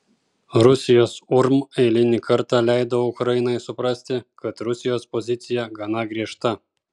rusijos urm eilinį kartą leido ukrainai suprasti kad rusijos pozicija gana griežta